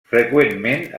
freqüentment